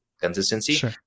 consistency